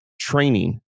training